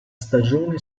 stagione